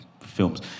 films